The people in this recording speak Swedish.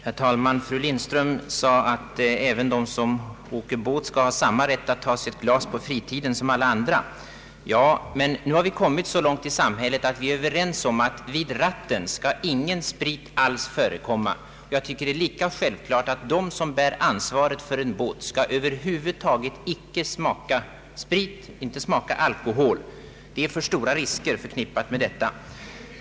Herr talman! Fru Lindström sade, att de som åker båt skall ha samma rätt som alla andra att ta sig ett glas på fritiden. Ja, men nu har vi kommit så långt i samhället att vi är överens om att vid ratten skall ingen sprit förekomma. Jag tycker det är lika självklart att de som bär ansvaret för en båt över huvud taget inte skall smaka alkohol på sjön. Det är för stora risker förknippade med detta.